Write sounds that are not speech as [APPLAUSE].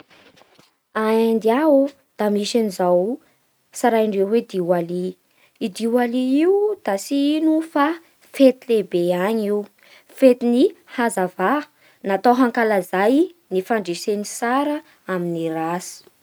[NOISE] A Inde aô da misy an'izao tsaraindreo hoe Diwali. Io Diwali io da tsy ino fa fety lehibe agny io: fetin'ny hazavà natao hankalazay ny fandresen'ny tsara amin'ny ratsy.